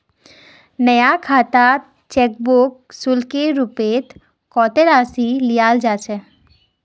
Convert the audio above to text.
नया खातात cheque book शुल्केर रूपत कत्ते राशि लियाल जा छेक